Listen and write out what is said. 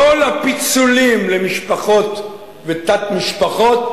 כל הפיצולים למשפחות ותת-משפחות,